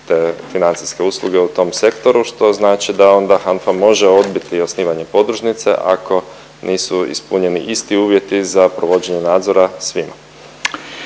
te financijske usluge u tom sektoru što znači da onda HANFA može odbiti osnivanje podružnice ako nisu ispunjeni isti uvjeti za provođenje nadzora svima.